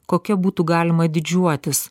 kokia būtų galima didžiuotis